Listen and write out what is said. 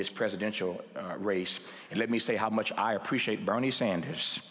this presidential race and let me say how much i appreciate bernie sanders